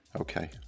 Okay